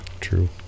true